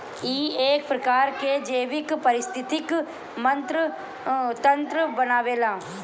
इ एक प्रकार के जैविक परिस्थितिक तंत्र बनावेला